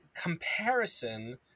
comparison